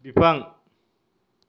बिफां